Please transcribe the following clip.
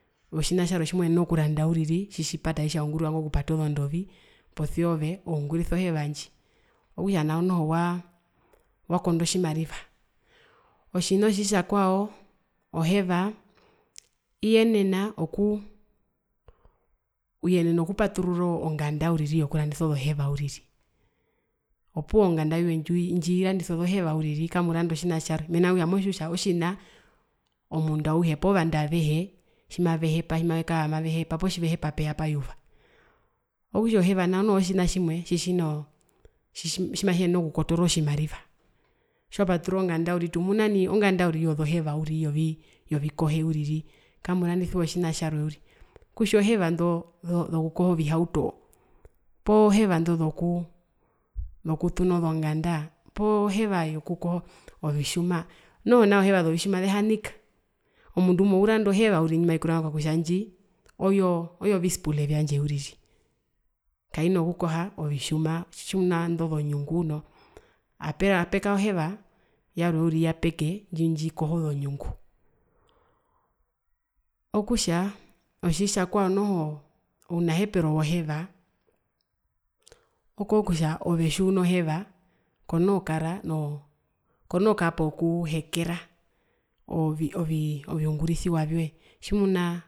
Otjotjina tjarwe tjimoenene okuranda uriri okupata nao zondovi posia ove oungurisa oheva ndji okutja nao ove waa waawakondo tjimariva, otjina otjitjakwao oheva iyenena uyenena okupaturura onganda uriri yokurandisa ozoheva uriri, opuwo nganda yoye ndji irandisa ozoheva uriri kamurandisiwa otjina tjarwe mena rokutja motjiwa kutja otjina omundu auhe poo vandu avehe tjimavekara mavehepa poo tjivehepa pevapa yuva, okutja oheva nao noho otjina tjimwe tjitjino tjimatjiyenene okukotoora otjimariva tjiwapaturura ongada uriri tumuna nai onganda yozoheva uriri yovikohe uriri kamurandisiwa otjina tjarwe uriri kutja oheva ndo zokukoha ovihauto poo heva ndo zokuu zokutuna ozonganda poo heva yokukoha ovitjuma noho nao zoheva zovitjuma zehanika, omundu umwe uranda oheva uriri ndjimaikurama kutja indji oyoo oyo visplule vyandje uriri kaina kukoha ovitjuma tjimuna indo zonyunguu noo apekara oheva yarwe uriri yapeke ndjikoha ozonyungu, okutja otjitjakwao noho ounahepero woheva okokutja ove tjiunoheva kono kara noo kono kara nokuhekera oovi oovii oviungurisiwa vyoe tjimuna